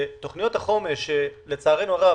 ותוכניות החומש, לצערנו הרב